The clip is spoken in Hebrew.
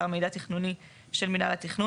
באתר "מידע תכנוני" של מינהל התכנון